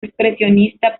expresionista